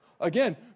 Again